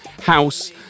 house